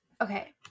okay